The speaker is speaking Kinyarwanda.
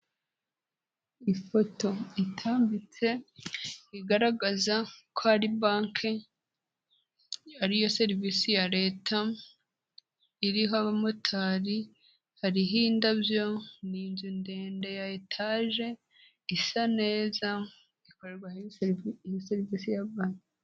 Ifoto itambitse igaragaza ko ari banke ariyo serivisi ya leta, iriho abamotari, hariho indabyo, ni inzu ndende ya etaje, isa neza ikorwaho serivisi ya banke.